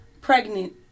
Pregnant